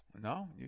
No